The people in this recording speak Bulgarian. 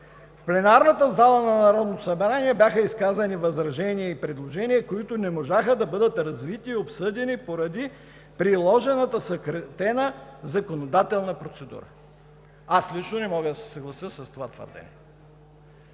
в пленарната зала на Народното събрание бяха изказани възражения и предложения, които не можаха да бъдат развити и обсъдени поради приложената съкратена законодателна процедура. Аз лично не мога да се съглася с това твърдение.